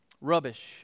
Rubbish